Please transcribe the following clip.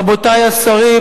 רבותי השרים,